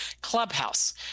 Clubhouse